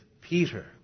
Peter